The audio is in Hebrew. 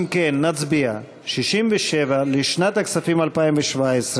אם כן, נצביע על סעיף 67 לשנת הכספים 2017,